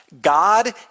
God